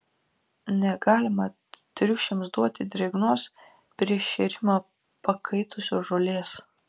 negalima triušiams duoti drėgnos prieš šėrimą pakaitusios žolės